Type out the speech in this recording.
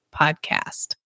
podcast